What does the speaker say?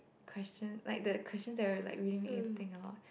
questions like the questions that like we need to think of